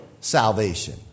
salvation